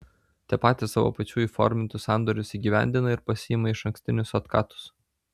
tie patys savo pačių įformintus sandorius įgyvendina ir pasiima išankstinius otkatus